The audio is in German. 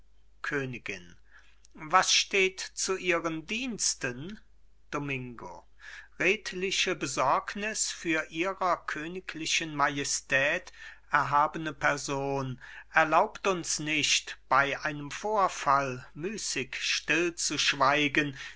königin was steht zu ihren diensten domingo redliche besorgnis für ihrer königlichen majestät erhabene person erlaubt uns nicht bei einem vorfall müßig stillzuschweigen